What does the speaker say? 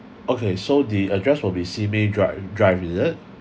okay so the address will be Simei drive drive is it